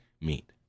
meet